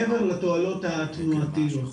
מעבר לתועלות התנועתיות.